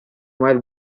while